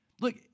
Look